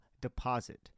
deposit